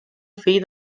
fill